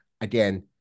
Again